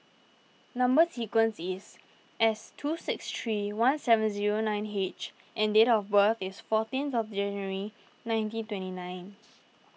Number Sequence is S two six three one seven zero nine H and date of birth is fourteenth January nineteen twenty nine